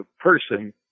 person